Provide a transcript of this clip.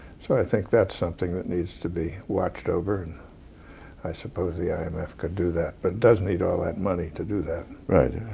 so i think that's something that needs to be watched over and i suppose the i m f. could do that but it does need all that money to do that. right.